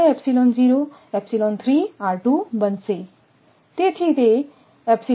તેથીતે2 નથી પણ તે છે